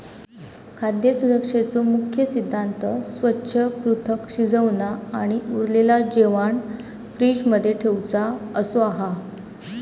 खाद्य सुरक्षेचो मुख्य सिद्धांत स्वच्छ, पृथक, शिजवना आणि उरलेला जेवाण फ्रिज मध्ये ठेउचा असो हा